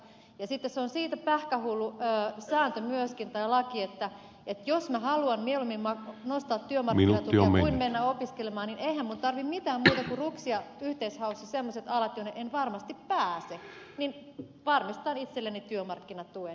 sitten se on siitä myöskin pähkähullu sääntö tai laki että jos minä haluan mieluummin nostaa työmarkkinatukea kuin mennä opiskelemaan niin eihän minun tarvitse mitään muuta kuin ruksia yhteishaussa semmoiset alat jonne en varmasti pääse niin varmistan itselleni työmarkkinatuen